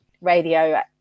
radio